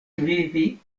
vivi